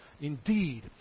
Indeed